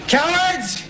Cowards